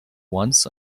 wants